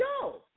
go